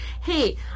hey